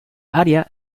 área